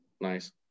Nice